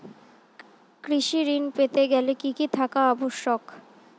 কৃষি ঋণ পেতে গেলে কি কি থাকা আবশ্যক?